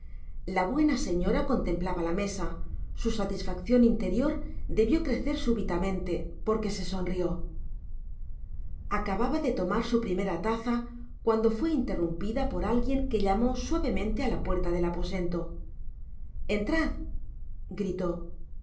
la buena señora contemplaba la mesa su satisfaccion interior debió crecer súbitamente porque se sonrió acababa de tomar su primera taza cuando fué interrumpida por alguien que llamó suavemente á la puerta del aposento entrad gritó